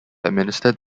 administered